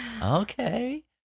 okay